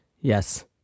Yes